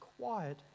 quiet